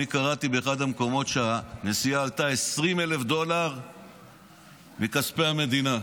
אני קראתי באחד המקומות שהנסיעה עלתה 20,000 דולר מכספי המדינה.